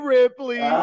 Ripley